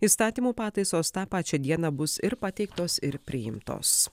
įstatymų pataisos tą pačią dieną bus ir pateiktos ir priimtos